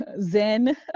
zen